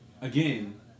again